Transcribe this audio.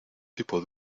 tipo